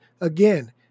Again